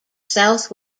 south